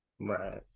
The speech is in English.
right